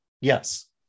yes